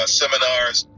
seminars